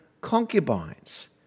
concubines